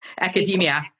academia